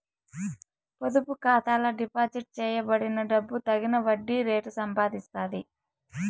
పొదుపు ఖాతాల డిపాజిట్ చేయబడిన దుడ్డు తగిన వడ్డీ రేటు సంపాదిస్తాది